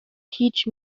teach